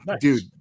dude